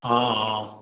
অঁ অঁ